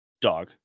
Dog